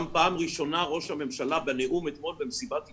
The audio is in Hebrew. גם פעם ראשונה ראש הממשלה בנאום אתמול במסיבת עיתונאים,